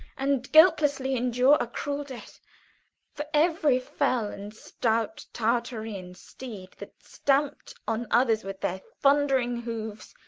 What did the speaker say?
and guiltlessly endure a cruel death for every fell and stout tartarian steed, that stamp'd on others with their thundering hoofs,